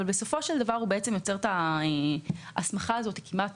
אבל בסופו של דבר הוא יוצר את ההסמכה הזאת כמעט